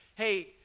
hey